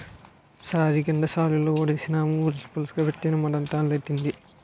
సారికంద సాలులో ఉడిసినాము పిలకలెట్టీసి మడంతా అల్లెత్తాది